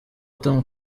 tom